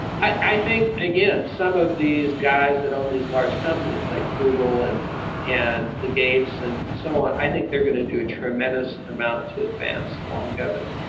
i think, again, some of these guys that own these large companies like google and and the gates and so on, i think they're going to do a tremendous amount to advance longevity.